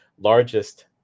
largest